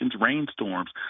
rainstorms